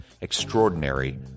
Extraordinary